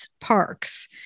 parks